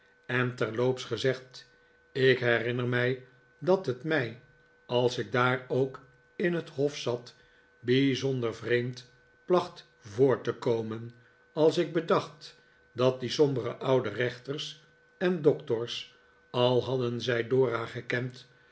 en terloops gezegd ik herinner mij dat het mij als ik daar ook in het hof zat bijzonder vreemd placht voor te komen als ik bedacht dat die sombere oude rechters en doctors al hadden zij dora gekend